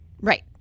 Right